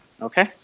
Okay